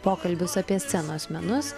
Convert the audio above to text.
pokalbis apie scenos menus